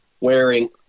wearing –